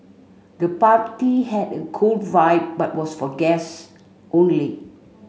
the party had a cool vibe but was for guests only